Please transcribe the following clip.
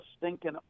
stinking